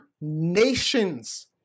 nations